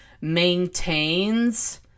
maintains